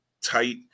tight